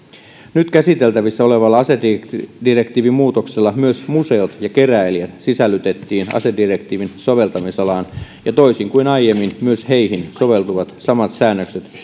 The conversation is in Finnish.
nyt käsiteltävänä olevalla asedirektiivimuutoksella myös museot ja keräilijät sisällytetään asedirektiivin soveltamisalaan ja toisin kuin aiemmin myös heihin soveltuvat samat säännökset